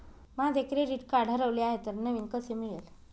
माझे credit card हरवले आहे तर नवीन कसे मिळेल?